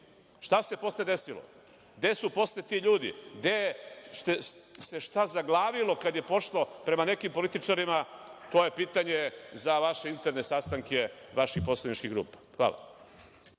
se posle desilo? Gde su posle ti ljudi? Gde se šta zaglavilo kad je pošlo prema nekim političarima? To je pitanje za vaše interne sastanke vaših poslaničkih grupa. Hvala.